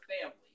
family